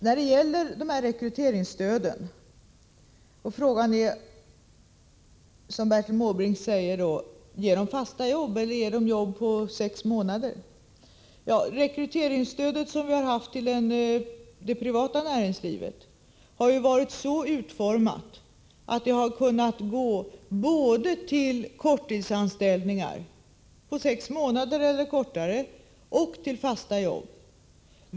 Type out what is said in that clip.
När det gäller rekryteringsstödet är frågan, som Bertil Måbrink säger, om det ger fasta jobb eller jobb på sex månader. Det rekryteringsstöd som vi har haft i det privata näringslivet har varit så utformat att det har kunnat gå både till korttidsanställningar på sex månader eller kortare och till fasta jobb.